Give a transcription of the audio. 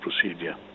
procedure